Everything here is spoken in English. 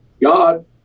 God